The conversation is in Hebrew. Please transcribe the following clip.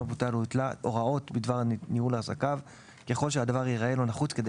בוטל או הותלה הוראות בדבר ניהול עסקיו ככל שהדבר ייראה לו נחוץ כדי